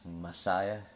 Messiah